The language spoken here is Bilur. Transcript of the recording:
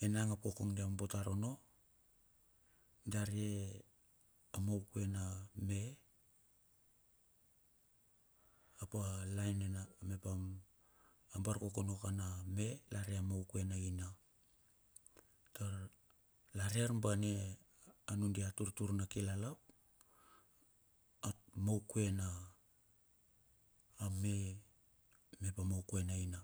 enang ap kokong dia mombo tar ono dia re a moukue na me ap a laen nena mep a barkokono kana me la re a maukue na aina. Tar la re arbane a nudia turtur na kilala ap maukue na me mep a maukue, na ina.